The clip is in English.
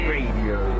Radio